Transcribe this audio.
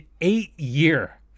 eight-year